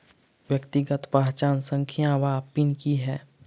व्यक्तिगत पहचान संख्या वा पिन की है?